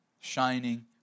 shining